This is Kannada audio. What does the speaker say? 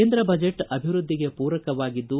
ಕೇಂದ್ರ ಬಜೆಟ್ ಅಭಿವೃದ್ಧಿಗೆ ಪೂರಕವಾಗಿದ್ದು